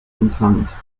empfand